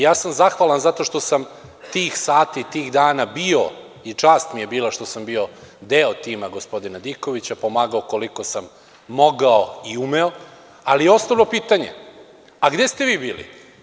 Ja sam zahvalan zato što sam tih sati, tih dana bio i čast mi je bila što sam bio deo tima gospodina Dikovića, pomagao koliko sam mogao i umeo, ali osnovno pitanje - a gde ste vi bili?